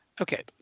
Okay